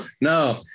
no